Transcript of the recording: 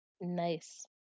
Nice